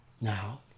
now